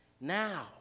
Now